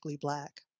Black